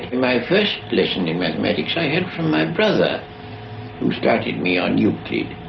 my first lesson in mathematics i had from my brother who started me on euclid.